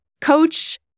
coach